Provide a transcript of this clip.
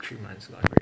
three months gone